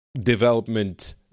development